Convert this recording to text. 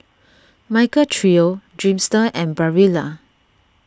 Michael Trio Dreamster and Barilla